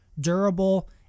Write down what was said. durable